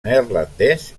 neerlandès